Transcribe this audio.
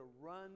run